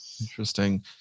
interesting